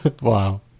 Wow